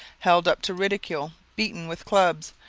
held up to ridicule, beaten with clubs,